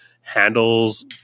handles